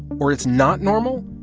or it's not normal,